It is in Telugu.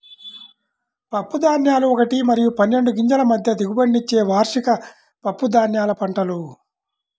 పప్పుధాన్యాలు ఒకటి మరియు పన్నెండు గింజల మధ్య దిగుబడినిచ్చే వార్షిక పప్పుధాన్యాల పంటలు